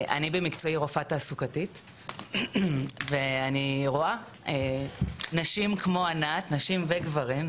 אני רופאה תעסוקתית במקצועי ואני רואה נשים כמו ענת וגם גברים,